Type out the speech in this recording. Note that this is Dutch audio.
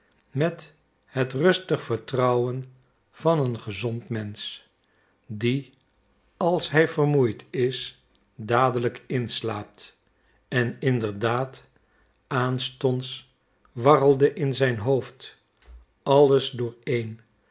met het rustig vertrouwen van een gezond mensch die als hij vermoeid is dadelijk inslaapt en inderdaad aanstonds warrelde in zijn hoofd alles dooreen